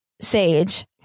Sage